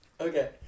okay